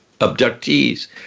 abductees